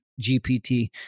GPT